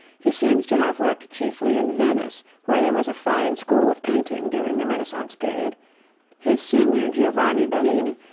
he seems to have worked chiefly in venice where there was a fine school of painting during the renaissance period his senior giovanni bellini,